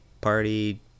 party